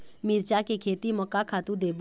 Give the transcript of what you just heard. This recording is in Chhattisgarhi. मिरचा के खेती म का खातू देबो?